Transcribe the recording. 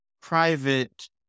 private